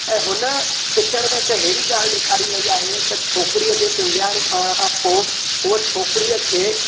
ऐं हुन पिक्चर मे हिकु अहिड़ी ॻाल्हि ॾेखारी वई आहे त छोकिरीअ जे सिंध्याणी ठहण खां पोइ हुअ छोकिरीअ खे